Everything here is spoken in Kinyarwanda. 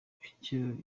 bityo